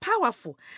powerful